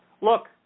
look